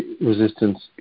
resistance